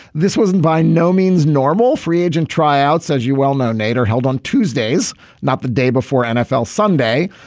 this wasn't by no means normal free agent tryouts as you well know nader held on tuesdays not the day before nfl sunday.